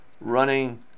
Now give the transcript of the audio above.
running